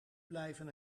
blijven